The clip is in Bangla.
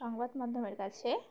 সংবাদ মাধ্যমের কাছে